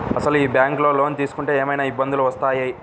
అసలు ఈ బ్యాంక్లో లోన్ తీసుకుంటే ఏమయినా ఇబ్బందులు వస్తాయా?